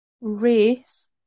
Race